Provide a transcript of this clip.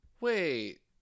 Wait